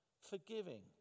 forgiving